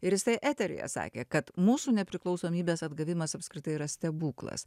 ir jisai eteryje sakė kad mūsų nepriklausomybės atgavimas apskritai yra stebuklas